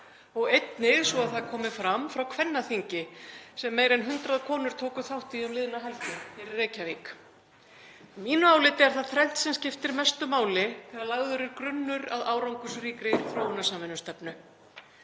og einnig, svo að það komi fram, frá kvennaþingi sem meira en hundrað konur tóku þátt í um liðna helgi hér í Reykjavík. Að mínu áliti er það þrennt sem skiptir mestu máli þegar lagður er grunnur að árangursríkri þróunarsamvinnustefnu: